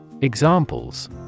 Examples